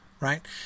right